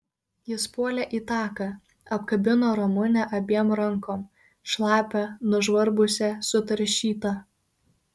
jis puolė į taką apkabino ramunę abiem rankom šlapią nužvarbusią sutaršytą